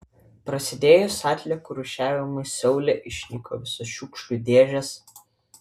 prasidėjus atliekų rūšiavimui seule išnyko visos šiukšlių dėžės